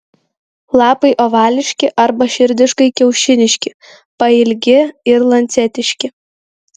lapai ovališki arba širdiškai kiaušiniški pailgi ir lancetiški